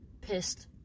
pissed